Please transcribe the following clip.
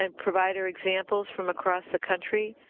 and provider examples from across the country,